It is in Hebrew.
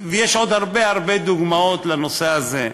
ויש עוד הרבה הרבה דוגמאות לנושא הזה.